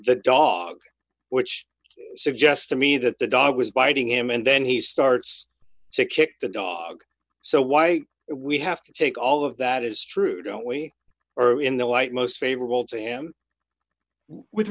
the dog which suggests to me that the dog was biting him and then he starts to kick the dog so why we have to take all of that is true don't we are in the light most favorable to him with